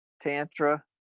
Tantra